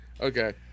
Okay